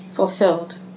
Fulfilled